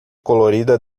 colorida